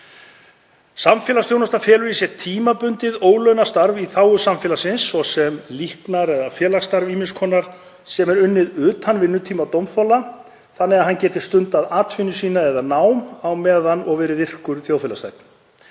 Samfélagsþjónusta felur í sér tímabundið ólaunað starf í þágu samfélagsins, svo sem líknar- eða félagsstarf ýmiss konar, sem er unnið utan vinnutíma dómþola þannig að hann geti stundað atvinnu sína eða nám á meðan og verið virkur þjóðfélagsþegn.